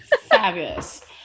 Fabulous